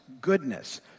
goodness